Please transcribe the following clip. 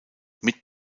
mit